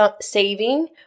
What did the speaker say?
saving